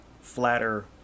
flatter